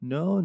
No